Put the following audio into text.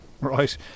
Right